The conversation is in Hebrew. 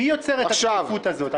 מי יוצר את השקיפות הזאת?